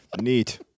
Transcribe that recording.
Neat